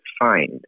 find